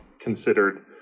considered